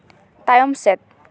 ᱛᱟᱭᱚᱢ ᱥᱮᱫ